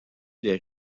les